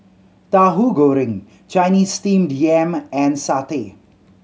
Tauhu Goreng Chinese Steamed Yam and satay